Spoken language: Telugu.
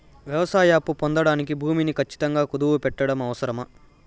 వ్యవసాయ అప్పు పొందడానికి భూమిని ఖచ్చితంగా కుదువు పెట్టడం అవసరమా?